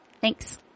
Thanks